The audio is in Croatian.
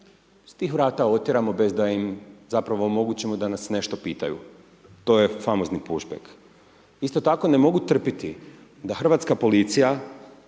s tih vrata otjeramo bez da im zapravo omogućimo da nas nešto pitaju. To je famozni puš beg. Isto tako, ne mogu trpiti da hrvatska policija